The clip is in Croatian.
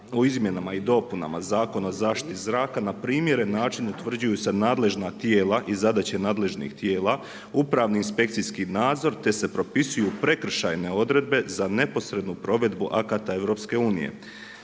o izmjenama i dopunama Zakona o zaštiti zraka na primjeren način utvrđuju se nadležna tijela i zadaće nadležnih tijela, upravni inspekcijski nadzor, te se propisuju prekršajne odredbe za neposrednu provedbu akata EU.